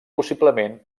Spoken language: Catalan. possiblement